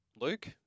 Luke